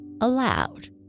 aloud